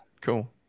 Cool